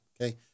okay